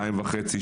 02:30,